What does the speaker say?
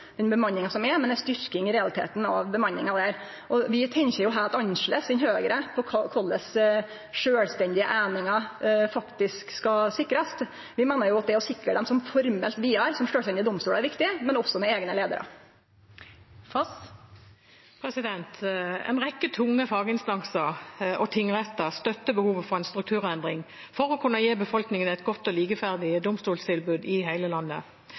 bemanninga som er, men i realiteten styrkje bemanninga der. Vi tenkjer heilt annleis enn Høgre på korleis sjølvstendige einingar faktisk skal sikrast. Vi meiner det å sikre dei formelt vidare som sjølvstendige domstolar er viktig, men òg med eigna leiare. En rekke tunge faginstanser og tingretter støtter behovet for en strukturendring for å kunne gi befolkningen et godt og likeverdig domstoltilbud i hele landet.